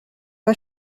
pas